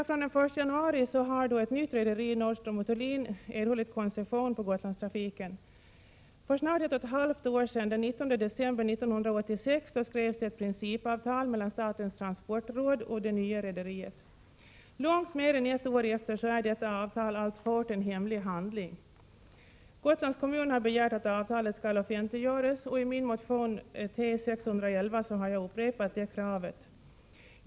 Från den 1 januari i år har ett nytt rederi, Nordström & Thulin, erhållit koncession på Gotlandstrafiken. För snart ett och ett halvt år sedan, den 19 december 1986, skrevs ett principavtal mellan statens transportråd och detta nya rederi. Långt mer än ett år därefter är detta avtal alltfort en hemlig handling. Gotlands kommun har begärt att avtalet skall offentliggöras, och i min motion T611 har jag upprepat detta krav.